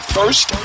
First